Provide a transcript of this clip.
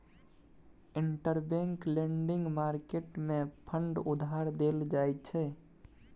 interbank lending market मे fund उधार देल जाइ छै